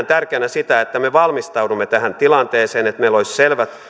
tärkeänä sitä että me valmistaudumme tähän tilanteeseen että meillä olisi selvät